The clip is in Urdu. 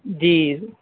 جی